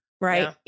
right